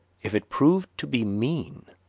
if it proved to be mean,